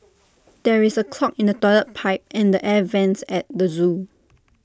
there is A clog in the Toilet Pipe and the air Vents at the Zoo